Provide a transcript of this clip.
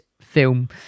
film